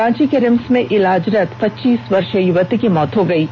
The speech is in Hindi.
रांची के रिम्स में इलाजरत पच्चीस वर्षीय युवती की मौत हो गयी है